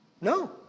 No